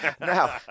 Now